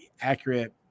accurate